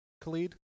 Khalid